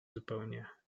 zupełnie